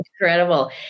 incredible